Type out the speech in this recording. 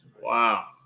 Wow